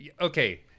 Okay